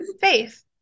Faith